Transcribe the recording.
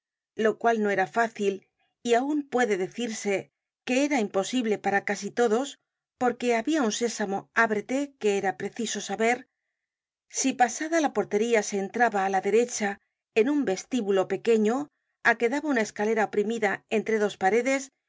lo cual no era fácil y aun puede decirse que era imposible para casi todos porque había un sé samo ábrete que era preciso saber si pasada la portería se entraba á la derecha en un vestíbulo pequeño á que daba una escalera oprimida entre dos paredes